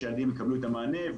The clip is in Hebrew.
שהילדים יקבלו את המענה,